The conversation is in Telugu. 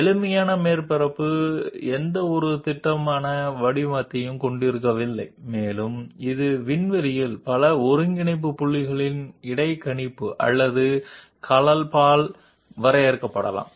ఫ్రీ ఫామ్ సర్ఫేస్ ఎటువంటి ఖచ్చితమైన రూపాన్ని కలిగి ఉండదు మరియు ఇది అంతరిక్షంలో అనేక కోఆర్డినేట్ పాయింట్ల ఇంటర్పోలేషన్ లేదా బ్లెండింగ్ ద్వారా నిర్వచించబడవచ్చు